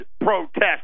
protest